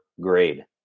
grade